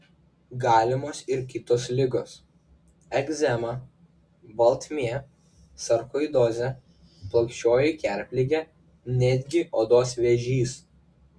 galimos ir kitos ligos egzema baltmė sarkoidozė plokščioji kerpligė netgi odos vėžys